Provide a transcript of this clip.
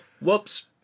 Whoops